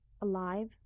alive